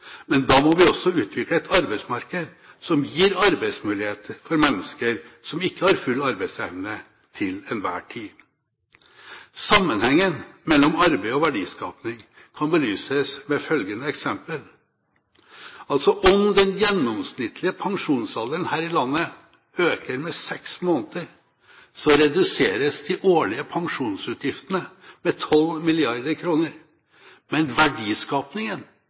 arbeidsmarked som gir arbeidsmuligheter for mennesker som ikke har full arbeidsevne til enhver tid. Sammenhengen mellom arbeid og verdiskaping kan belyses med følgende eksempel: Om den gjennomsnittlige pensjonsalderen her i landet øker med seks måneder, reduseres de årlige pensjonsutgiftene med 12 mrd. kr, men